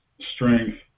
strength